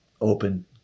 open